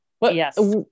Yes